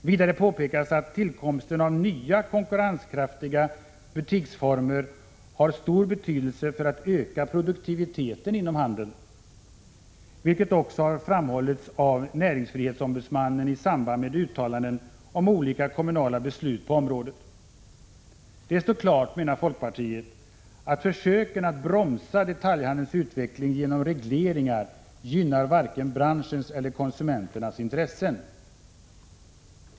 Vidare påpekas att tillkomsten av nya konkurrenskraftiga butiksformer har stor betydelse för att man skall kunna öka produktiviteten inom handeln, vilket också har framhållits av näringsfrihetsombudsmannen i samband med uttalanden om olika kommunala beslut på området. Det står klart, menar folkpartiet, att försöken att bromsa detaljhandelns utveckling genom regleringar gynnar varken branschens eller konsumenternas intressen.